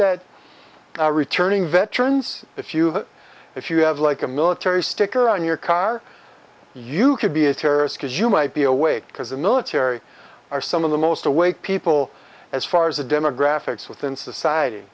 that returning veterans if you if you have like a military sticker on your car you could be a terrorist because you might be awake because the military are some of the most awake people as far as the demographics within society